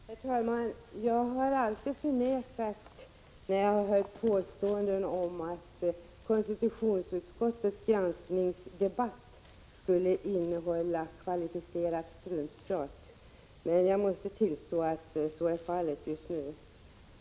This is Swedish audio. Herr talman! Jag har alltid förnekat de påståenden jag har hört om att konstitutionsutskottets granskningsdebatt skulle innehålla kvalificerat struntprat. Men jag måste tillstå att så är fallet just nu.